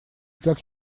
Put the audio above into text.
как